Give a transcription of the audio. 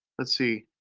let's see,